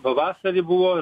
pavasarį buvo